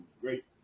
great